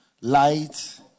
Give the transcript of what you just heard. light